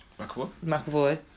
McAvoy